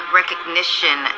recognition